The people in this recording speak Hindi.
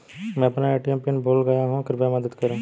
मैं अपना ए.टी.एम पिन भूल गया हूँ कृपया मदद करें